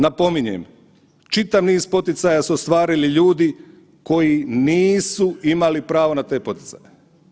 Napominjem, čitav niz poticaja su ostvarili ljudi koji nisu imali pravo na te poticaje.